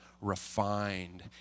refined